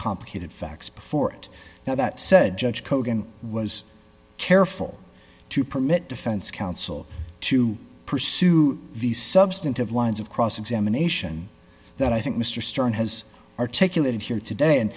complicated facts before it now that said judge kogan was careful to permit defense counsel to pursue the substantive lines of cross examination that i think mr stern has articulated here today and